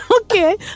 okay